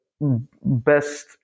best